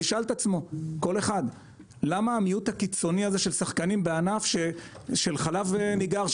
ישאל את עצמו כל אחד למה זה המיעוט הזה של שחקנים בענף של חלב ניגר,